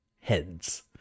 heads